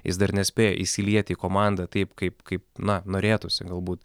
jis dar nespėja įsilieti į komandą taip kaip kaip na norėtųsi galbūt